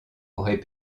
auraient